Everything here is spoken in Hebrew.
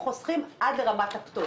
אנשים חוסכים עד לרמת הפטור.